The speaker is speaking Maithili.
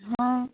हँ